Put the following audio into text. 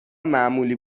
معمولی